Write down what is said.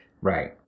Right